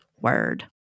word